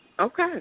Okay